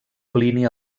plini